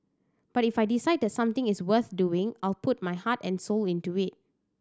but if I decide that something is worth doing I'll put my heart and soul into it